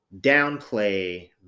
downplay